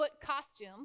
costume